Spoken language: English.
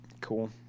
Cool